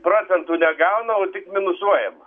procentų negauna o tik minusuojama